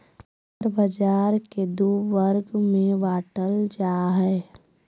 share बाज़ार के दू वर्ग में बांटल जा हइ